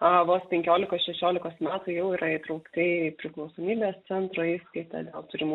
vos penkiolikos šešiolikos metų jau yra įtraukti į priklausomybės centro įskaitą dėl turimų